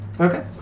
Okay